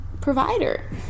provider